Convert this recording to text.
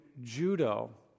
Judo